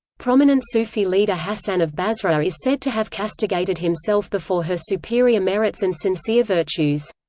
prominent sufi leader hasan of basra is said to have castigated himself before her superior merits and sincere virtues.